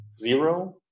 zero